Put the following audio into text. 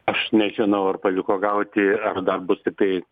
aš nežinau ar pavyko gauti ar dar bus tiktai